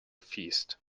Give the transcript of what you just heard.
feast